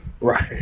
Right